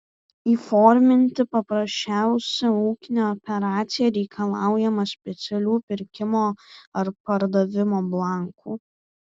įforminti paprasčiausią ūkinę operaciją reikalaujama specialių pirkimo ar pardavimo blankų